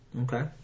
okay